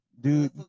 dude